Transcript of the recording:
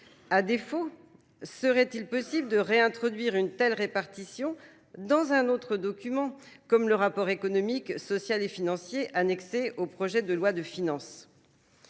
À défaut, serait-il possible de réintroduire une telle répartition dans un autre document, comme le rapport économique, social et financier annexé au projet de loi de finances ?